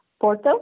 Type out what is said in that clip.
Porto